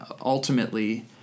ultimately